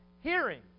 Hearing